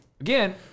again